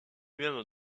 même